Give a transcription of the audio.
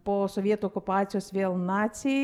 po sovietų okupacijos vėl naciai